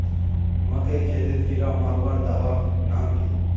मकई खेतीत कीड़ा मारवार दवा नाम की?